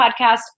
podcast